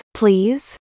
please